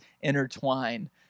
intertwine